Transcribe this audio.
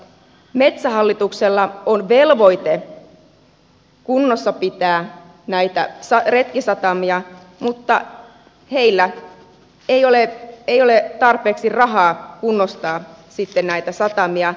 metsähallituksella on velvoite kunnossapitää näitä retkisatamia mutta heillä ei ole tarpeeksi rahaa kunnostaa sitten näitä satamia